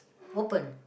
open